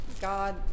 God